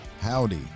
Howdy